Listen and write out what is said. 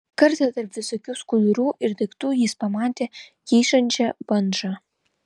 kartą tarp visokių skudurų ir daiktų jis pamatė kyšančią bandžą